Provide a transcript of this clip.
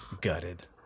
gutted